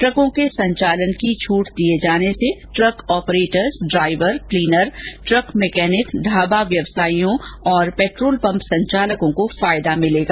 ट्रको के संचालन की छूट दिए जाने से truck operators driver cleaner truck mechanic dhaba व्यावसायियों और पेट्रोल पम्प संचालकों को फायदा मिलेगा